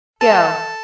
Go